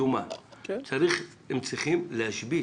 וחצי לדיון.